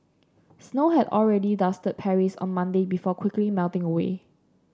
snow had already dusted Paris on Monday before quickly melting away